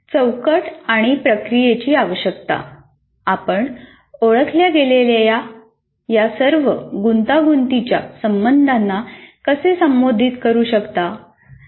चौकट आणि प्रक्रियेची आवश्यकता आपण ओळखल्या गेलेल्या या सर्व गुंतागुंतीच्या संबंधांना कसे संबोधित करू शकतो